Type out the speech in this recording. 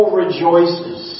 rejoices